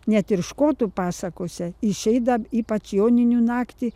net ir škotų pasakose išeida ypač joninių naktį